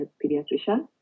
pediatrician